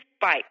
bike